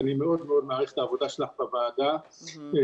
שאני מאוד מאוד מעריך את העבודה שלך בוועדה בנושאים